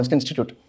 institute